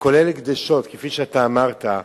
וכולל הקדשות, כפי שאתה אמרת,